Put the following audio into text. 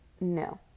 no